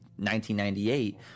1998